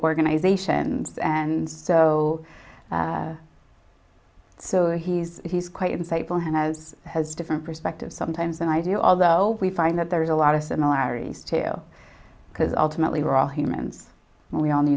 organizations and so so he's he's quite insightful has has different perspectives sometimes an idea although we find that there's a lot of similarities tale because ultimately we're all humans and we on